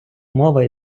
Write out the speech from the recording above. мова